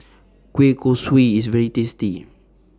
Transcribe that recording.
Kueh Kosui IS very tasty